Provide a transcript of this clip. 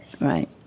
right